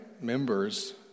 members